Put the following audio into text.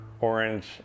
orange